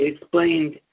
explained